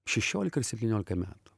šešiolika ar septyniolika metų